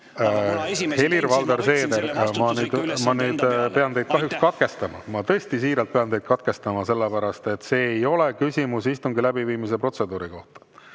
ma pean teid kahjuks katkestama, ma tõesti siiralt pean teid katkestama, sellepärast et see ei ole küsimus istungi läbiviimise protseduuri kohta.